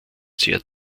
sehr